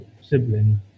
sibling